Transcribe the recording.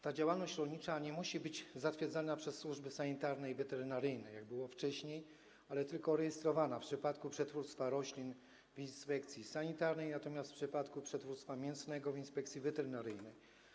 Ta działalność rolnicza nie musi być zatwierdzana przez służby sanitarne ani weterynaryjne, jak było wcześniej, ale tylko rejestrowana: w przypadku przetwórstwa roślin - w inspekcji sanitarnej, natomiast w przypadku przetwórstwa mięsnego - w Inspekcji Weterynaryjnej.